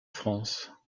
france